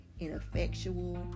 ineffectual